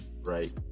right